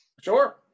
Sure